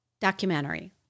Documentary